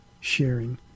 sharing